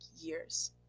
years